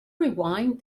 rewind